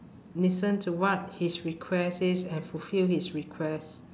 listen to what his request is and fulfil his request